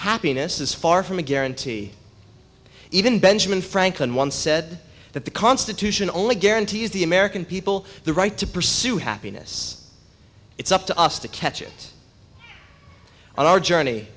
happiness is far from a guarantee even benjamin franklin once said that the constitution only guarantees the american people the right to pursue happiness it's up to us to catch it on our journey